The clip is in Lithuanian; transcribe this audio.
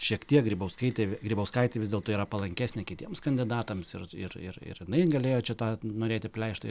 šiek tiek grybauskaitė grybauskaitei vis dėlto yra palankesnė kitiems kandidatams ir ir ir ir jinai galėjo čia tą norėti pleištą